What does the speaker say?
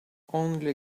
only